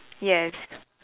yes